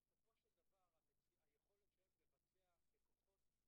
בסופו של דבר היכולת שלהם לבצע בכוחותיהם